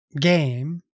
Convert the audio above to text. game